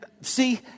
see